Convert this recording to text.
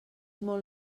molt